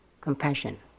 compassion